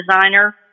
designer